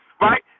right